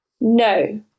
No